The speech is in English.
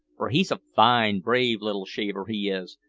for he's a fine, brave little shaver, he is,